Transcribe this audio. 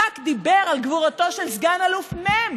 רק דיבר על גבורתו של סגן אלוף מ'.